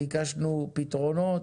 ביקשנו פתרונות,